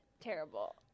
terrible